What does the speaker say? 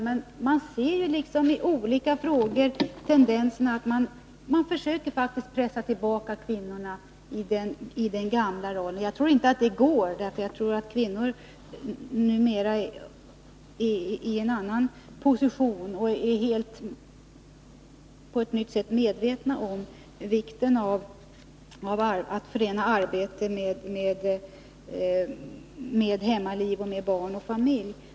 Men vi ser i olika frågor tendensen att man faktiskt försöker pressa tillbaka kvinnorna i den gamla rollen. Jag tror dock inte att det går. Kvinnorna är numera i en annan position och är på ett nytt sätt medvetna om vikten av att förena arbete med hemliv, barn och familj.